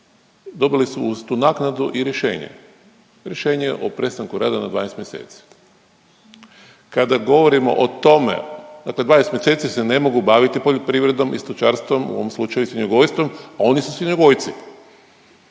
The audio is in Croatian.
dobili su uz tu naknadu i rješenje, rješenje o prestanku rada na 12 mjeseci. Kada govorimo o tome, dakle 12 mjeseci se ne mogu baviti poljoprivredom i stočarstvom, u ovom slučaju svinjogojstvom, a oni su svinjogojci.